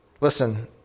Listen